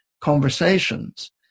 conversations